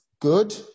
good